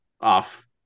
off